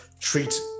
treat